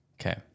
Okay